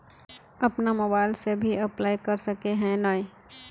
अपन मोबाईल से भी अप्लाई कर सके है नय?